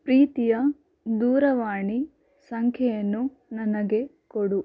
ಪ್ರೀತಿಯ ದೂರವಾಣಿ ಸಂಖ್ಯೆಯನ್ನು ನನಗೆ ಕೊಡು